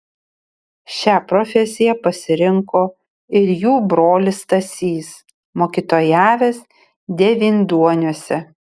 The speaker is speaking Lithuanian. šią profesiją pasirinko ir jų brolis stasys mokytojavęs devynduoniuose